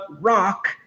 rock